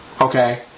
Okay